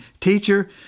Teacher